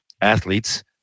athletes